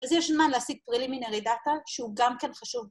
‫אז יש זמן להשיג פרילימנרי דאטה, ‫שהוא גם כן חשוב.